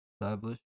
Establish